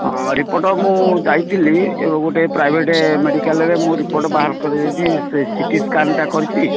ହଁ ରିପୋର୍ଟ୍ ମୁଁ ଯାଇଥିଲି ଏବେ ଗୋଟେ ପ୍ରାଇଭେଟ୍ ମେଡ଼ିକାଲ୍ରେ ମୁଁ ରିପୋର୍ଟ ବାହାର କରିଦେଇଛି ସେ ସିଟି ସ୍କାନ୍ଟା କରିଛି